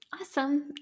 Awesome